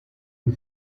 une